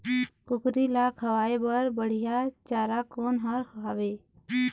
कुकरी ला खवाए बर बढीया चारा कोन हर हावे?